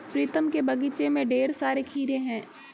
प्रीतम के बगीचे में ढेर सारे खीरे हैं